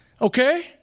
Okay